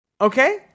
Okay